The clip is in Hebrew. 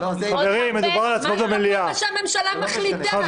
כל מה שהממשלה מחליטה?